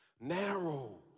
Narrow